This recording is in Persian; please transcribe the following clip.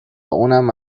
اونم